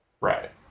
Right